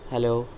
hello